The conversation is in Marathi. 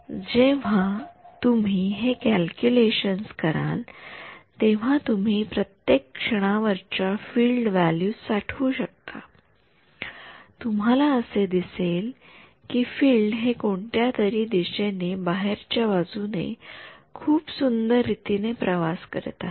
तर जेव्हा तुम्ही हे कॅल्क्युलेशन्स कराल तेव्हा तुम्ही प्रत्येक क्षणावरच्या फील्ड व्हॅल्यूज साठवू शकता तुम्हाला असे दिसेल कि फील्ड हे कोणत्या तरी दिशेने बाहेरच्या बाजूने खूप सुंदर रीतीने प्रवास करत आहे